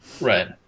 Right